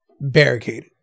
barricaded